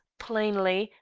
plainly,